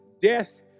death